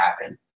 happen